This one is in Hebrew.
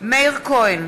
מאיר כהן,